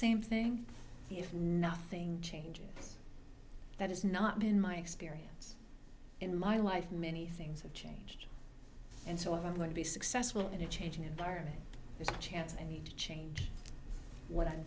same thing if nothing changes that has not been my experience in my life many things have changed and so i'm going to be successful in a changing environment there's a chance and need to change what i'm